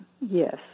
Yes